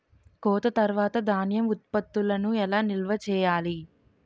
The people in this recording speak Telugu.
కోత తర్వాత ధాన్యం ఉత్పత్తులను ఎలా నిల్వ చేయాలి?